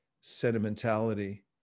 sentimentality